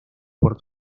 por